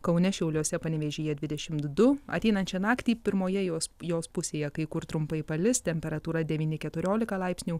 kaune šiauliuose panevėžyje dvidešimt du ateinančią naktį pirmoje jos jos pusėje kai kur trumpai palis temperatūra devyni keturiolika laipsnių